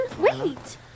Wait